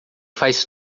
faz